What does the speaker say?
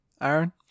Aaron